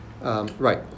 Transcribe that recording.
right